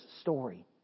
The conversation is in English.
story